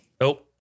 Nope